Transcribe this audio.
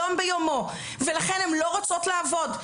זה יום ביומו, ולכן הן לא רוצות לעבוד.